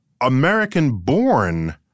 American-born